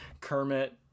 Kermit